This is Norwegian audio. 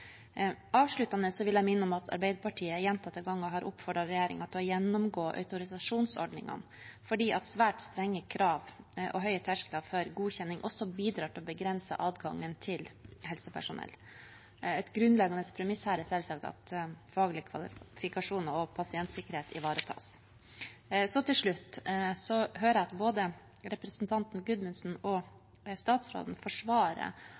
Avsluttende vil jeg minne om at Arbeiderpartiet gjentatte ganger har oppfordret regjeringen til å gjennomgå autorisasjonsordningene, fordi svært strenge krav og høye terskler for godkjenning også bidrar til å begrense adgangen til helsepersonell. Et grunnleggende premiss her er selvsagt at faglige kvalifikasjoner og pasientsikkerhet ivaretas. Til slutt: Jeg hører at både representanten Gudmundsen og statsråden forsvarer